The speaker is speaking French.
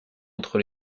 entre